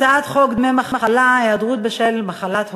הצעת חוק דמי מחלה (היעדרות בשל מחלת הורה)